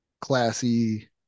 classy